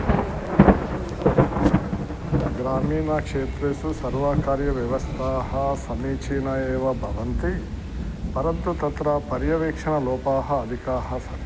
सा लेखनं घटने ग्रामीणक्षेत्रेषु सर्वकारीयव्यवस्थाः समीचीनाः एव भवन्ति परन्तु तत्र पर्यवेक्षणलोपाः अधिकाः सन्ति